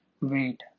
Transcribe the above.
wait